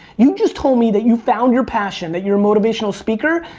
you just told me that you found your passion, that you're a motivational speaker,